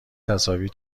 تصاویر